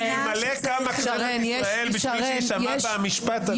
--- בישראל בשביל שיישמע המשפט הזה.